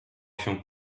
się